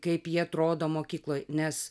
kaip jie atrodo mokykloj nes